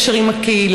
ואין קשר עם הקהילה.